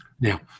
Now